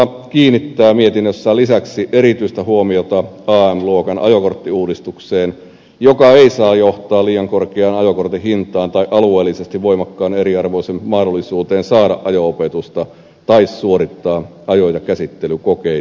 valiokunta kiinnittää lisäksi mietinnössään erityistä huomiota am luokan ajokorttiuudistukseen joka ei saa johtaa liian korkeaan ajokortin hintaan tai alueellisesti voimakkaan eriarvoiseen mahdollisuuteen saada ajo opetusta tai suorittaa ajo ja käsittelykokeita